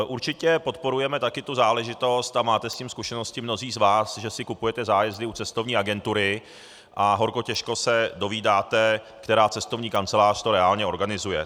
Určitě podporujeme taky tu záležitost a máte s tím zkušenosti mnozí z vás, že si kupujete zájezdy u cestovní agentury a horko těžko se dozvídáte, která cestovní kancelář to reálně organizuje.